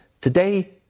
Today